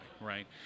right